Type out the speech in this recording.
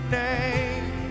name